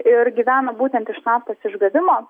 ir gyvena būtent iš naftos išgavimo